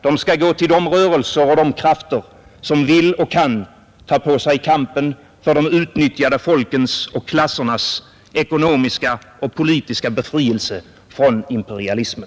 De skall gå till de rörelser och de krafter som vill och kan ta på sig kampen för de utnyttjade folkens och klassernas ekonomiska och politiska befrielse från imperialismen.